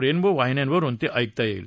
rainbow वाहिन्यांवरून ते ऐकता येईल